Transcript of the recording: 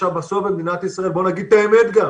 ועכשיו בסוף במדינת ישראל, בוא נגיד את האמת גם,